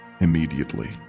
immediately